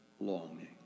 longing